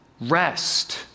Rest